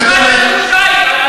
תתבע את ערוץ 2 תביעת דיבה,